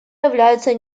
являются